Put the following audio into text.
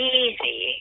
easy